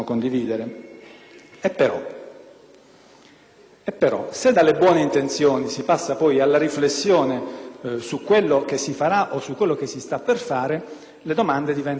però, dalle buone intenzioni si passa poi alla riflessione su ciò che si farà o su quello che si sta per fare le domande diventano un po' più complesse. Cercherò di non tenermi